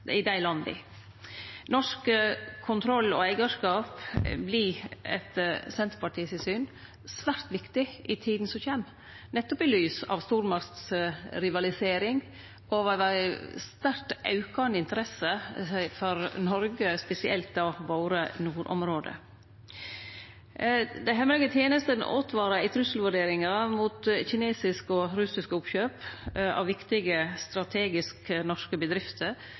at dei har tette eller i beste fall uklare og lite transparente forhold mellom styresmakter og bedrifter. Norsk kontroll og eigarskap vert etter Senterpartiets syn svært viktig i tida som kjem, nettopp i lys av stormaktsrivalisering over ei sterkt aukande interesse for Noreg og spesielt nordområda våre. Dei hemmelege tenestene åtvara i trugselvurderinga mot kinesiske og russiske oppkjøp av viktige